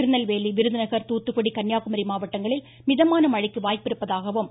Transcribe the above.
திருநெல்வேலி விருதுநகர் தூத்துக்குடி கன்னியாகுமரி மாவட்டங்களில் மிதமான மழைக்கு வாய்ப்பிருப்பதாகவும் தெரிவித்துள்ளது